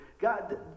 God